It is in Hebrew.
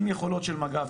עם יכולות של מג"ב,